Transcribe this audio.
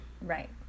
right